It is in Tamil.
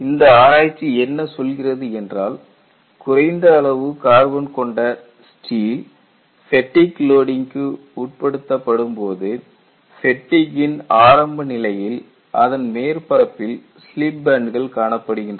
இந்த ஆராய்ச்சி என்ன சொல்கிறது என்றால் குறைந்த அளவு கார்பன் கொண்ட ஸ்டீல் ஃபேட்டிக் லோடிங்க்கு உட்படுத்தப்படும்போது ஃபேட்டிக்கின் ஆரம்ப நிலையில் அதன் மேற்பரப்பில் ஸ்லீப் பேண்ட்கள் காணப்படுகின்றது